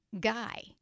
guy